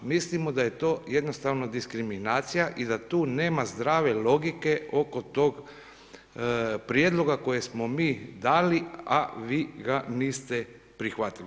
Mislimo da je to jednostavno diskriminacija i da tu nema zdrave logike, oko tog prijedloga koje smo mi dali, a vi ga niste prihvatili.